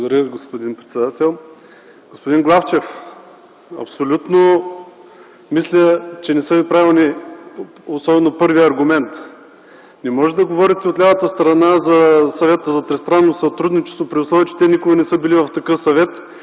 Благодаря Ви, господин председател. Господин Главчев, абсолютно мисля, че не са правилни аргументите Ви, особено първият. Не можете да говорите от лявата страна за Съвета за тристранно сътрудничество, при условие, че те никога не са били в такъв съвет,